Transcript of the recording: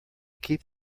keep